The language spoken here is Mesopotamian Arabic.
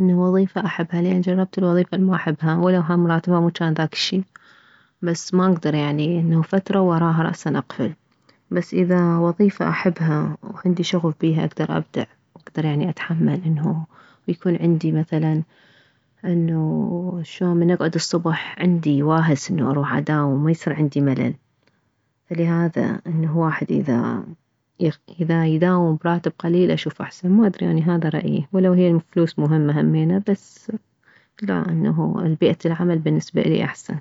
انه وظيفة احبها لان جربت الوظيفة الما احبها ولو هم راتبها مو جان ذاك الشي بس ما اكدر انه يعني فترة ووراها رأسا اقفل بس اذا وظيفة احبها وعندي شغف بيها اكدر ابدع اكدر يعني اتحمل انه يكون عندي مثلا انه شلون من اكعد الصبح عندي واهس انه اروح اداوم وما يصير عندي ملل فلهذا انه واحد اذا اذا يداوم براتب قليل اشوف احسن ما ادري اني هذا رأيي ولو هي الفلوس مهمة همينه بس لا انه بيئة العمل بالنسبة الي احسن